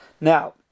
Now